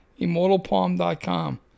Immortalpalm.com